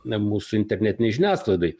na mūsų internetinei žiniasklaidai